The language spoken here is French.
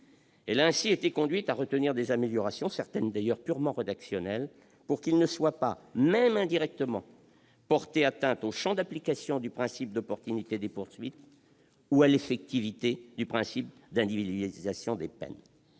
Elle a ainsi été conduite à retenir des améliorations, certaines purement rédactionnelles, pour qu'il ne soit pas, même indirectement, porté atteinte au champ d'application du principe d'opportunité des poursuites ou à l'effectivité du principe d'individualisation des peines.